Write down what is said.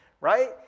Right